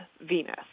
Venus